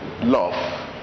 love